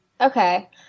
Okay